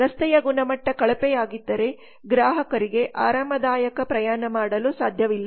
ರಸ್ತೆಯ ಗುಣಮಟ್ಟ ಕಳಪೆಯಾಗಿದ್ದರೆ ಗ್ರಾಹಕರಿಗೆ ಆರಾಮದಾಯಕ ಪ್ರಯಾಣ ಮಾಡಲು ಸಾಧ್ಯವಿಲ್ಲ